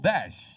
Dash